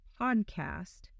podcast